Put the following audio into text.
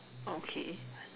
okay